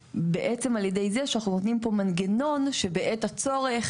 בעצם על ידי זה שאנחנו נותנים פה מנגנון שבעת הצורך